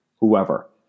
whoever